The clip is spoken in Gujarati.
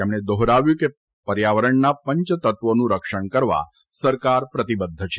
તેમણે દોહરાવ્યું હતું કે પર્યાવરણના પંચતત્વોનું રક્ષણ કરવા સરકાર પ્રતિબદ્ધ છે